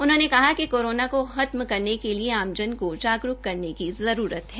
सांसद ने कहा कि कोरोना को खत्म करने के लिए आमजन को जागरूक होने की जरूरत है